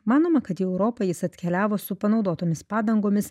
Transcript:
manoma kad į europą jis atkeliavo su panaudotomis padangomis